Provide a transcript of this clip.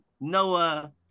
Noah